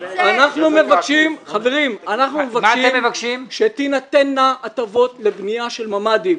אנחנו מבקשים שתינתנה הטבות לבנייה של ממ"דים.